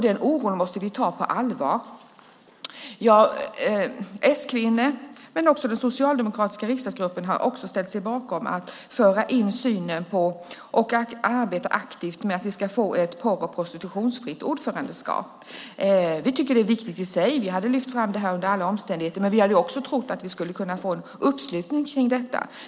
Den oron måste vi ta på allvar. Både S-kvinnor och den socialdemokratiska riksdagsgruppen har ställt sig bakom att vi ska arbeta aktivt för att få ett porr och prostitutionsfritt ordförandeskap. Vi tycker att detta är viktigt i sig och hade lyft fram det under alla omständigheter, men vi hade också trott att vi skulle kunna få uppslutning kring det.